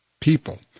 people